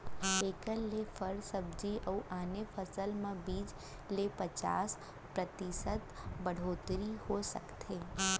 एखर ले फर, सब्जी अउ आने फसल म बीस ले पचास परतिसत बड़होत्तरी हो सकथे